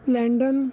landon